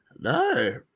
No